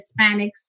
Hispanics